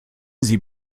sie